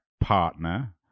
partner